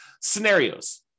scenarios